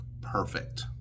perfect